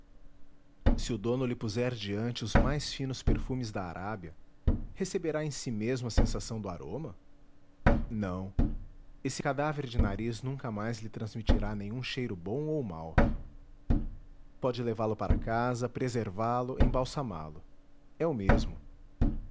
se o dono lhe puser diante os mais finos perfumes da arábia receberá em si mesmo a sensação do aroma não esse cadáver de nariz nunca mais lhe transmitirá nenhum cheiro bom ou mau pode levá-lo para casa preservá lo embalsamá lo é o mesmo